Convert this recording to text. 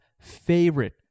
favorite